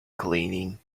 cleaning